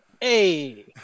Hey